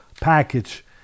package